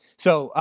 so,